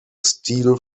steel